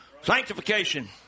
Sanctification